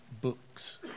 books